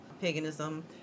paganism